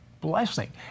Blessing